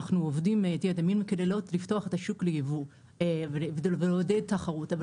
אנחנו עובדים לילות כימים כדי לפתוח את השוק ליבוא ולעודד תחרות.